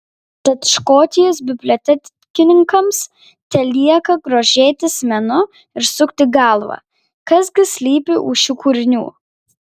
tad škotijos bibliotekininkams telieka grožėtis menu ir sukti galvą kas gi slypi už šių kūrinių